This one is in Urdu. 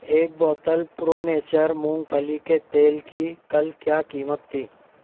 ایک بوتل پرو نیچر مونگ پھلی کے تیل کی کل کیا قیمت تھی